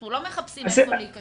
אנחנו לא מחפשים איפה להיכשל.